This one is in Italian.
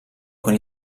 con